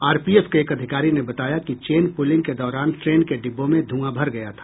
RPF के एक अधिकारी ने बताया कि चेनपुलिंग के दौरान ट्रेन के डिब्बों में धुआं भर गया था